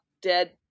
dead